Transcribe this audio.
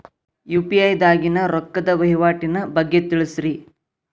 UPI ದಾಗಿನ ರೊಕ್ಕದ ವಹಿವಾಟಿನ ಬಗ್ಗೆ ತಿಳಸ್ರಿ